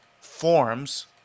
forms